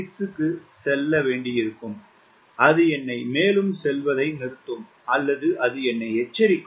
86 க்கு செல்ல வேண்டியிருக்கும் அது என்னை மேலும் செல்வதை நிறுத்தும் அல்லது அது எச்சரிக்கும்